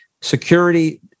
security